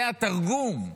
זה התרגום,